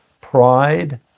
pride